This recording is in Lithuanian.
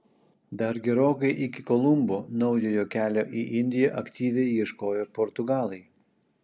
dar gerokai iki kolumbo naujojo kelio į indiją aktyviai ieškojo portugalai